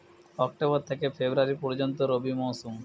October থেকে ফেব্রুয়ারি পর্যন্ত রবি মৌসুম